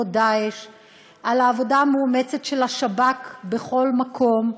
"דאעש"; על העבודה המאומצת של השב"כ בכל מקום,